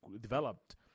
developed